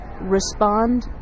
respond